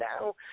now